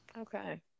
Okay